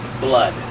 blood